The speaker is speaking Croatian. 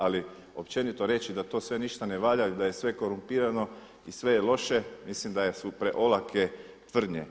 Ali općenito reći da to sve ništa ne valja, da je sve korumpirano i sve je loše, mislim da su preolake tvrdnje.